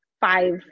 five